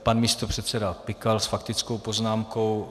Pan místopředseda Pikal s faktickou poznámkou.